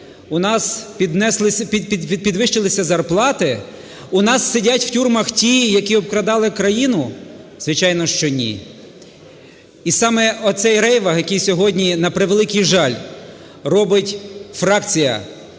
В нас підвищилися зарплати? У нас сидять в тюрмах ті, які обкрадали країну? Звичайно, що ні. І саме оцей рейвах, який сьогодні, на превеликий жаль, робить фракція